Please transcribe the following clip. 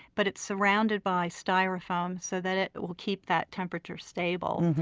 but it's surrounded by styrofoam so that it will keep that temperature stable.